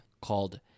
called